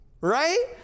Right